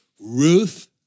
Ruth